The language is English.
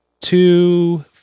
two